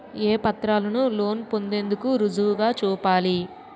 ఏ పత్రాలను లోన్ పొందేందుకు రుజువుగా చూపాలి?